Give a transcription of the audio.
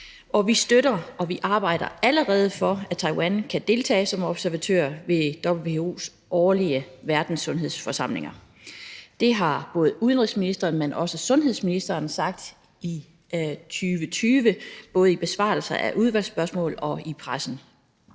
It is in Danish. vi støtter og vi arbejder allerede for, at Taiwan kan deltage som observatør ved WHO's årlige verdensundhedsforsamlinger. Det har både udenrigsministeren, men også sundhedsministeren sagt i 2020, både i besvarelser af udvalgsspørgsmål og i pressen.